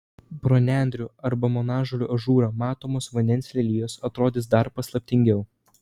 pro nendrių arba monažolių ažūrą matomos vandens lelijos atrodys dar paslaptingiau